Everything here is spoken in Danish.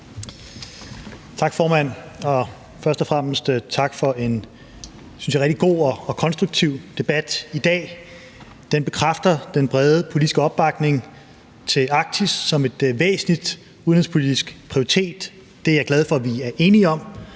Tak, formand. Først og fremmest tak for en, synes jeg, rigtig god og konstruktiv debat i dag. Den bekræfter den brede politiske opbakning til Arktis som en væsentlig udenrigspolitisk prioritet. Det er jeg glad for at vi er enige om.